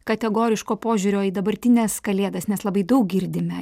kategoriško požiūrio į dabartines kalėdas nes labai daug girdime